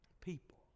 people